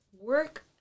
work